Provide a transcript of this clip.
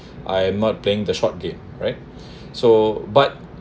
I’m not playing the short game right so but